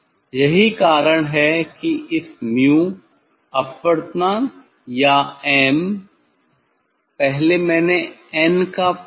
यही कारण है कि इस '𝛍' अपवर्तनांक या 'm' पहले मैंने 'n' का उपयोग किया है